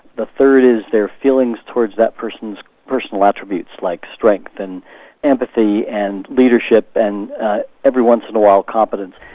the third is their feelings towards that person's personal attributes like strength and empathy and leadership and every once in a while competence.